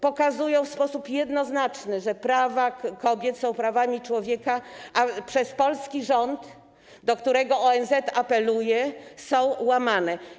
Pokazują w sposób jednoznaczny, że prawa kobiet są prawami człowieka, a przez polski rząd, do którego ONZ apeluje, są łamane.